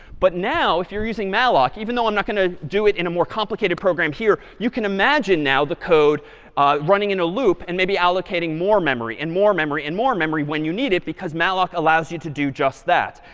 but now if you're using malloc, even though i'm not going to do it in a more complicated program here, you can imagine now the code running in a loop and maybe allocating more memory and more memory and more memory when you need it, because malloc allows you to do just that.